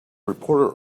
reporter